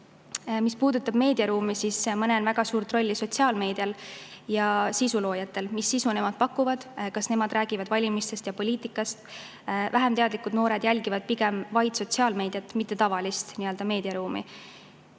Mis puudutab meediaruumi, siis ma näen väga suurt rolli sotsiaalmeedial ja sisuloojatel. Mis sisu nemad pakuvad? Kas nemad räägivad valimistest ja poliitikast? Vähemteadlikud noored jälgivad pigem vaid sotsiaalmeediat, mitte tavalist meediaruumi.